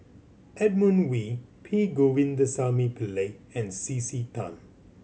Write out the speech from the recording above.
Edmund Wee P Govindasamy Pillai and C C Tan